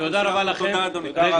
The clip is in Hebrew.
תודה אדוני.